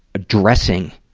addressing